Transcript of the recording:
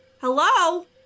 Hello